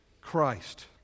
Christ